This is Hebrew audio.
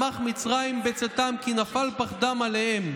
שמח מצרים בצאתם כי נפל פחדם עליהם.